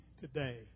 today